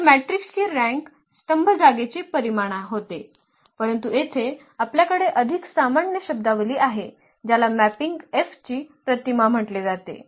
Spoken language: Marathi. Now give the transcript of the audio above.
तर मॅट्रिक्सची रँक स्तंभ जागेचे परिमाण होते परंतु येथे आपल्याकडे अधिक सामान्य शब्दावली आहे ज्याला मॅपिंग F ची प्रतिमा म्हटले जाते